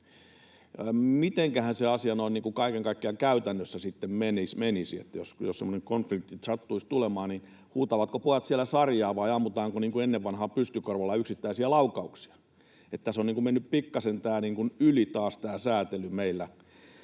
asia noin niin kuin kaiken kaikkiaan käytännössä sitten menisi, että jos semmoinen konflikti sattuisi tulemaan, niin huutavatko pojat siellä sarjaa vai ammutaanko niin kuin ennen vanhaan pystykorvalla yksittäisiä laukauksia? Tässä on niin kuin mennyt pikkaisen yli taas tämä säätely meillä,